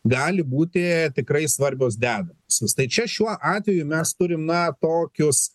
gali būti tikrai svarbios dedamosios tai čia šiuo atveju mes turim tokius